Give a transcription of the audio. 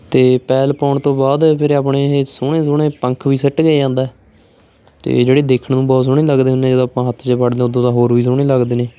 ਅਤੇ ਪੈਲ ਪਾਉਣ ਤੋਂ ਬਾਅਦ ਫਿਰ ਆਪਣੇ ਇਹ ਸੋਹਣੇ ਸੋਹਣੇ ਪੰਖ ਵੀ ਸਿੱਟ ਕੇ ਜਾਂਦਾ ਅਤੇ ਜਿਹੜੇ ਦੇਖਣ ਨੂੰ ਬਹੁਤ ਸੋਹਣੇ ਲੱਗਦੇ ਹੁੰਦੇ ਜਦੋਂ ਆਪਾਂ ਹੱਥ 'ਚ ਫੜਦੇ ਉਦੋਂ ਤਾਂ ਹੋਰ ਵੀ ਸੋਹਣੇ ਲੱਗਦੇ ਨੇ